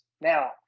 Now